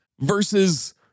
versus